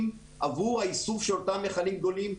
עבור האיסוף של אותם מיכלים גדולים,